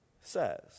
says